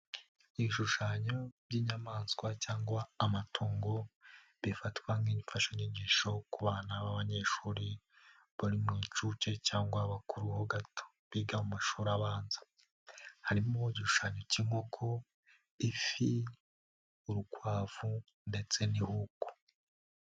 Ibishushanyo by'inyamaswa cyangwa amatungo, bifatwa nk'imfashanyigisho ku bana b'abanyeshuri, bari mu nshuke cyangwa abakuru ho gato, biga mu mashuri abanza, harimo igishushanyo k'inkoko, ifi, urukwavu, ndetse n'ihuku.